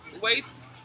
weights